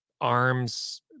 arms